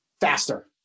faster